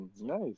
Nice